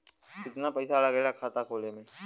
कितना पैसा लागेला खाता खोले में?